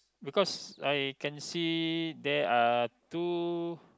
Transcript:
because I can see there are two